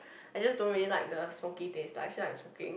I just don't really like the smoky taste like I feel like I'm smoking